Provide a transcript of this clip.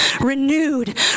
renewed